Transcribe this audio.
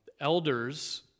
elders